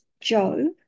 Joe